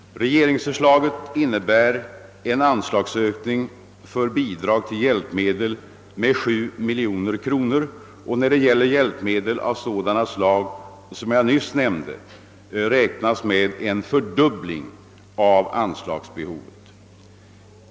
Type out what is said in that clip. Regeringsförslaget innebär en anslagsökning för bidrag till hjälpmedel med 7 miljoner kronor och i fråga om hjälpmedel av sådana slag som jag nyss nämnde räknas med en fördubbling av anslagsbeloppet.